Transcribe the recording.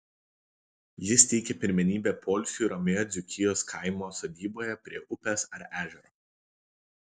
jis teikia pirmenybę poilsiui ramioje dzūkijos kaimo sodyboje prie upės ar ežero